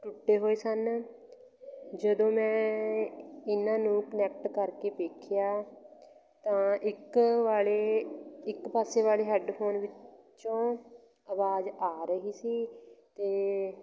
ਟੁੱਟੇ ਹੋਏ ਸਨ ਜਦੋਂ ਮੈਂ ਇਹਨਾਂ ਨੂੰ ਕਨੈਕਟ ਕਰਕੇ ਵੇਖਿਆ ਤਾਂ ਇੱਕ ਵਾਲੇ ਇੱਕ ਪਾਸੇ ਵਾਲੇ ਹੈਡਫੋਨ ਵਿੱਚੋਂ ਆਵਾਜ਼ ਆ ਰਹੀ ਸੀ ਅਤੇ